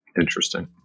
Interesting